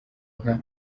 nka